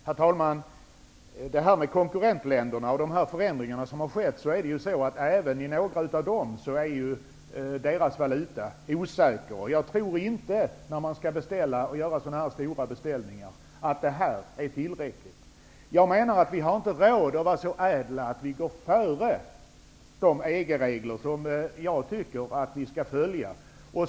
Herr talman! Per Westerberg nämner detta med konkurrentländerna och de förändringar som har skett där. Valutan är osäker även i några av de länderna. När man skall göra dessa stora beställningar tror jag inte att detta är tillräckligt. Vi har inte råd att vara så ädla och gå före de EG regler som jag tycker att vi skall följa.